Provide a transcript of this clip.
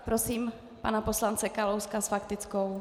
Prosím pana poslance Kalouska s faktickou.